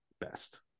best